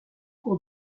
cours